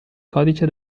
codice